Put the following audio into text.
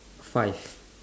five